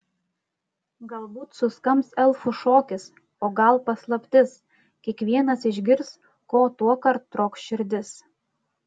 galbūt suskambs elfų šokis o gal paslaptis kiekvienas išgirs ko tuokart trokš širdis